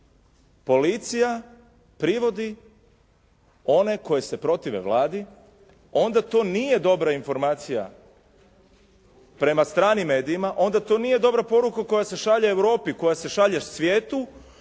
policija privodi one koji se protive Vladi, onda to nije dobra informacija prema stranim medijima, onda to nije dobra poruka koja se šalje Europi, koja se šalje svijetu,